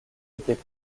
était